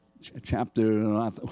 chapter